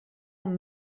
amb